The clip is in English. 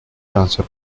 transfer